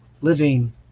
living